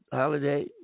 holiday